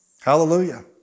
Hallelujah